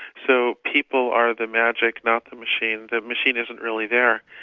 so people are the magic not the machine the machine isn't really there.